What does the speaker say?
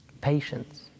patience